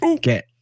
get